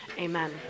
amen